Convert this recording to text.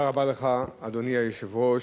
אדוני היושב-ראש,